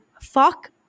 fuck